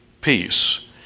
peace